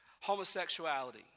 homosexuality